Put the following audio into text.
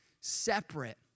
separate